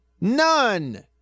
None